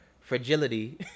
fragility